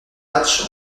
match